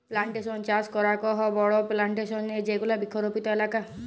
plantation চাস করাক হ বড়ো প্লানটেশন এ যেগুলা বৃক্ষরোপিত এলাকা